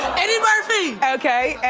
eddie murphy. okay,